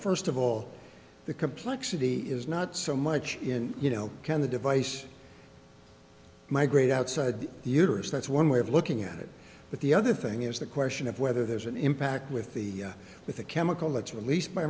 first of all the complexity is not so much in you know can the device migrate outside the uterus that's one way of looking at it but the other thing is the question of whether there's an impact with the with a chemical that's released by